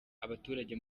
abaturage